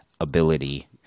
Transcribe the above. Ability